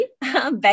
back